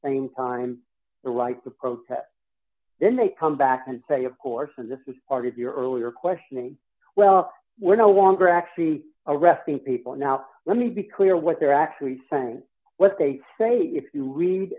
same time the right to protest when they come back and say of course and this is part of your earlier questioning well we're no longer actually arresting people now let me be clear what they're actually saying what they say if you read